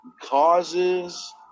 causes